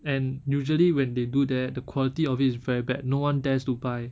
and usually when they do that the quality of it's very bad no one dares to buy